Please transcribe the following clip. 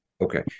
okay